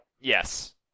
Yes